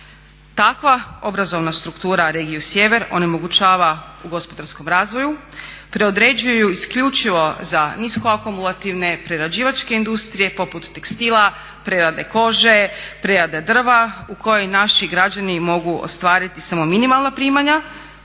Takva obrazovana struktura regiju sjever onemogućava u gospodarskom razvoju, predodređuju isključivo za nisko akumulativne prerađivačke industrije poput tekstila, prerade kože, prerade drva u kojoj naši građani mogu ostvariti samo minimalna primanja,